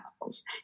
levels